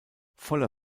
voller